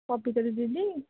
କବିତା ଦିଦି